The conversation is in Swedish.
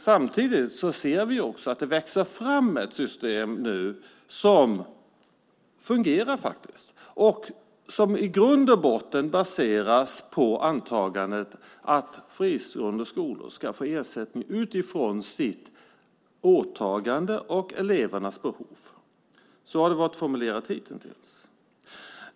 Samtidigt ser vi också att det nu växer fram ett system som faktiskt fungerar och som i grund och botten baseras på antagandet att fristående skolor ska få ersättning utifrån sitt åtagande och elevernas behov. Så har det varit formulerat hitintills.